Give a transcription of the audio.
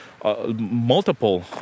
Multiple